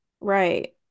Right